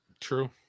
True